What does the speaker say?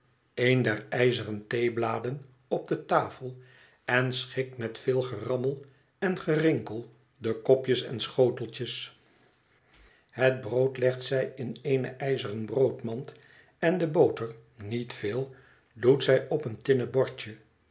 een der ijzeren theebladen op de tafel en schikt met veel gerammel en gerinkel de kopjes en schoteltjes het brood legt zij in eene ijzeren broodmand en de boter niet veel doet zij op een tinnen bordje